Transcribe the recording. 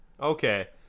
Okay